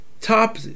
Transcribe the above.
top